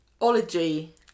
ology